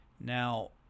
Now